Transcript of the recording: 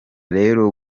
rero